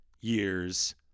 years